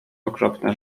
okropne